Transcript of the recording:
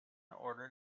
ordered